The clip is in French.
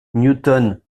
newton